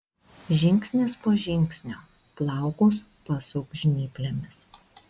žingsnis po žingsnio plaukus pasuk žnyplėmis